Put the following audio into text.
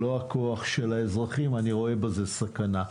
ולא הכוח של האזרחים, אני רואה בזה סכנה.